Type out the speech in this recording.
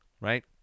right